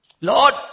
Lord